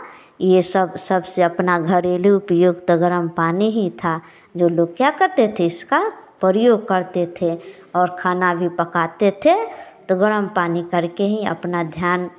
यह सब सबसे अपना घरेलू उपयोग त गर्म पानी ही था जो लोग क्या करते थे इसका प्रयोग करते थे और खाना भी पकाते थे तो गर्म पानी करके ही अपना ध्यान